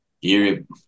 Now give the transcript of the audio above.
europe